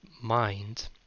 mind